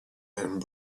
and